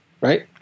right